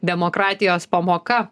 demokratijos pamoka